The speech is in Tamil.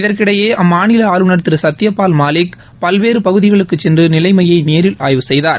இதற்கிடையே அம்மாநில ஆளுநர் திரு சத்யபால் மாலிக் பல்வேறு பகுதிகளுக்குச் சென்று நிலைமையை நேரில் ஆய்வு செய்தார்